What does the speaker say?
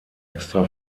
extra